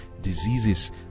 diseases